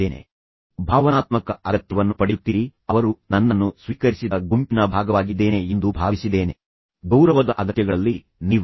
ಈಗ ಇದು ಮತ್ತೊಮ್ಮೆ ಭಾವನಾತ್ಮಕ ಸ್ಫೋಟವಾಗಿದೆ ಮತ್ತು ನಂತರ ಅವನು ಮತ್ತೊಂದು ಹಾನಿಕಾರಕ ಹೇಳಿಕೆಯನ್ನು ನೀಡುತ್ತಾನೆಃ ನೀವು ನನ್ನನ್ನು ಎಂದಿಗೂ ಅರ್ಥಮಾಡಿಕೊಳ್ಳುವುದಿಲ್ಲ ಎಂದಿಗೂ ಅರ್ಥಮಾಡಿಕೊಳ್ಳುವುದಿಲ್ಲ ಎಂದು ಹೇಳುತ್ತಾನೆ